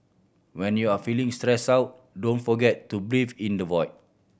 when you are feeling stressed out don't forget to breathe in the void